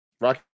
Rocky